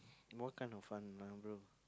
more kind of fun lah bro